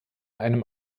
einem